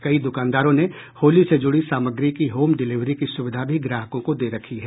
कई दुकानदारों ने होली से जुड़ी सामग्री की होम डिलिवरी की सुविधा भी ग्राहकों को दे रखी है